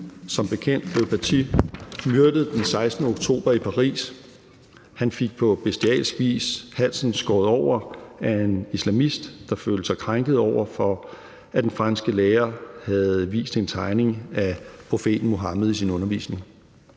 Som bekendt blev Samuel Paty myrdet den 16. oktober i Paris; han fik på bestialsk vis halsen skåret over af en islamist, der følte sig krænket over, at den franske lærer havde vist en tegning af profeten Muhammed i sin undervisning.